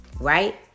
right